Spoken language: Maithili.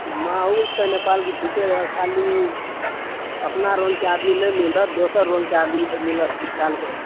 नऽ ओ तऽ नेपालके ठीके यऽ खाली अपना रङ्गके आदमी नहि मिलत दोसर रङ्गके आदमी मिलत नेपालमे